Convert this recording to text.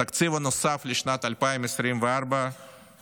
התקציב הנוסף לשנת 2024 שהבאתם